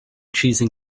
choosing